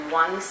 one